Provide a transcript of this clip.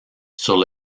sur